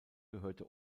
gehörte